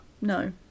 No